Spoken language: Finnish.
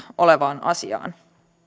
olevaan asiaan